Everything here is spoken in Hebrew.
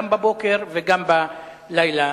גם בבוקר וגם בלילה.